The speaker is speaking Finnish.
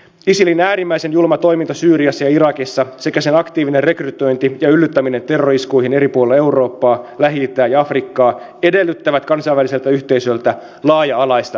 isilin äärimmäisen julma toiminta syyriassa ja irakissa sekä sen aktiivinen rekrytointi ja yllyttäminen terrori iskuihin eri puolilla eurooppaa lähi itää ja afrikkaa edellyttävät kansainväliseltä yhteisöltä laaja alaista yhteistyötä